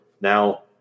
Now